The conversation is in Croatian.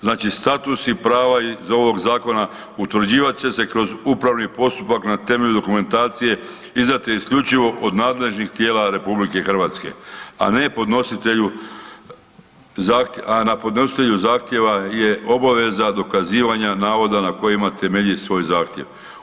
Znači statusi i prava iz ovog zakona utvrđivat će se kroz upravni postupak na temelju dokumentacije izdate isključivo od nadležnih tijela RH a na podnositelju zahtjeva je obaveza dokazivanja navoda na kojima temelji svoj zahtjev.